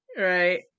Right